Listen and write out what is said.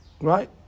right